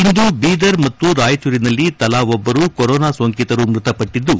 ಇಂದು ಬೀದರ್ ಮತ್ತು ರಾಯಚೂರಿನಲ್ಲಿ ತಲಾ ಒಬ್ಬರು ಕೊರೊನಾ ಸೋಂಕಿತರು ಮೃತಪಟ್ಟದ್ದು